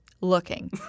Looking